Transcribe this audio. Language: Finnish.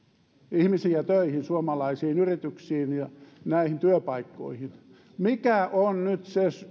ihmisiä töihin suomalaisiin yrityksiin ja näihin työpaikkoihin mikä on nyt se